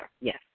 Yes